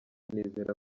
nizera